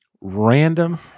random